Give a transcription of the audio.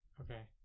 Okay